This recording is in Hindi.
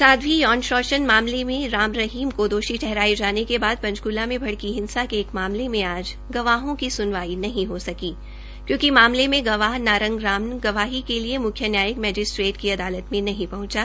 साध्वी यौन शोषण मामले में राम रहीम को दोषी ठहारये जाने के बाद पंचक्ला में भड़की हिंसा के एक मामले में आज गवाहों की सुनवाई नहीं हो सकी क्योंकि मामले में गवाह नारंग राम गवाही के लिए म्ख्य न्यायिक मैजिस्ट्रेट की अदालत में नहीं पहंचा